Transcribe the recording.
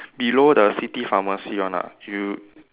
below the city pharmacy one ah you